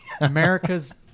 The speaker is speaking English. America's